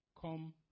come